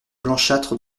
blanchâtres